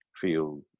feel